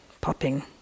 popping